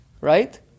right